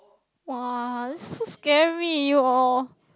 !wah! that's so scary orh